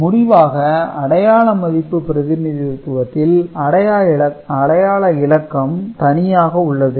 முடிவாக அடையாள மதிப்பு பிரதிநிதித்துவத்தில் அடையாள இலக்கம் தனியாக உள்ளது